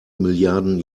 milliarden